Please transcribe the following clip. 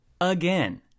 again